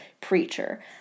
preacher